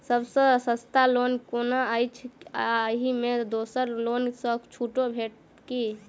सब सँ सस्ता लोन कुन अछि अहि मे दोसर लोन सँ छुटो भेटत की?